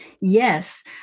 Yes